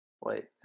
Wait